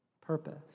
purpose